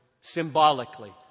symbolically